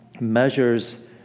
measures